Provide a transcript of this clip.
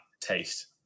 taste